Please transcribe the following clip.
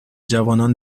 جوانان